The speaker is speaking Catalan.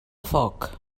foc